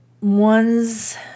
ones